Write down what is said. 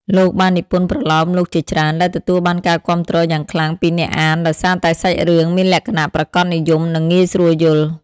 លោកបាននិពន្ធប្រលោមលោកជាច្រើនដែលទទួលបានការគាំទ្រយ៉ាងខ្លាំងពីអ្នកអានដោយសារតែសាច់រឿងមានលក្ខណៈប្រាកដនិយម និងងាយស្រួលយល់។